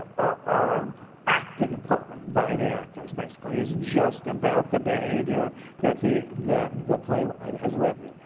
are acted upon by the actors, basically. it's just about the behavior that the that the playwright has written.